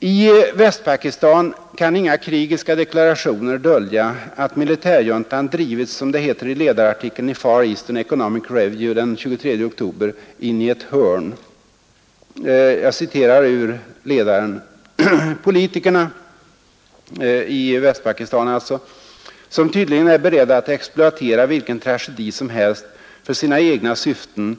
I Västpakistan kan inga krigiska deklarationer dölja att militärjuntan drivits, som det heter i ledarartikeln i Far Eastern Economic Review den 23 oktober, in i ett hörn. Jag citerar ur ledaren: ”Politikerna,” — i Västpakistan alltså — ”som tydligen är beredda att exploatera vilken tragedi som helst för sina egna syften,